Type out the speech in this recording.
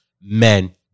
men